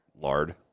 Lard